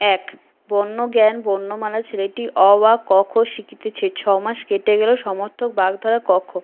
এক বর্ণজ্ঞান বর্ণমালা ছেলেটি অ আ ক খ শিখছে ছমাস কেটে গেলে সমর্থক বাগধারা ক খ